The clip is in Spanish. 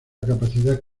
capacidad